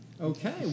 Okay